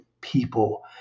people